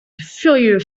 furieux